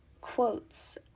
quotes